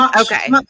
Okay